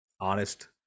honest